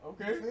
Okay